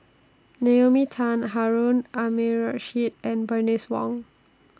Naomi Tan Harun Aminurrashid and Bernice Wong